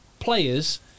Players